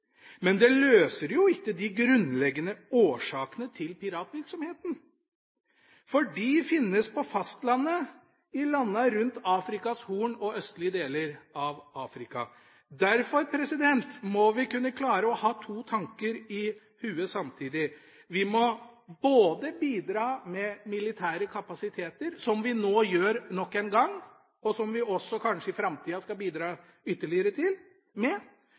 men det løser jo ikke de grunnleggende årsakene til piratvirksomheten, for de finnes på fastlandet i landene rundt Afrikas Horn og østlige deler av Afrika. Derfor må vi kunne klare å ha to tanker i hodet samtidig. Vi må både bidra med militære kapasiteter, som vi nå gjør nok en gang, og som vi også kanskje i framtida skal bidra ytterligere med, og vi må bidra langsiktig til